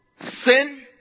sin